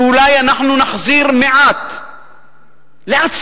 שאולי אנחנו נחזיר מעט לעצמנו.